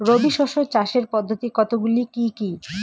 রবি শস্য চাষের পদ্ধতি কতগুলি কি কি?